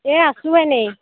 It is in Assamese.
এই আছোঁ এনেই